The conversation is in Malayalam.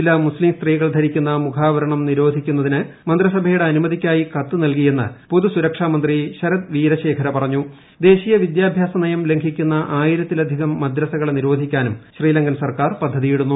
ചില മുസ്ലീം സ്ത്രീകൾ ധരിക്കുന്ന മുഖാവരണം നിരോധിക്കുന്നതിന് മന്ത്രിസഭയുടെ അനുമതിക്കായി കത്ത് നൽകിയെന്ന് പൊതുസുരക്ഷാ മന്ത്രി ശരത് വീരശേഖര പറഞ്ഞു ദേശീയ വിദ്യാഭ്യാസ നയം ലംഘിക്കുന്ന ആയിരത്തിലധികം മദ്രസകളെ നിരോധിക്കാനും ശ്രീലങ്കൻ സർക്കാർ പദ്ധതിയിടുന്നു